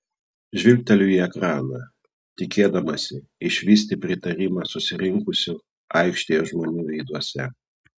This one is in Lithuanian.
žvilgteliu į ekraną tikėdamasi išvysti pritarimą susirinkusių aikštėje žmonių veiduose